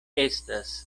estas